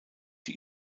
die